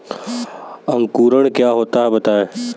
अंकुरण क्या होता है बताएँ?